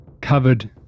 Covered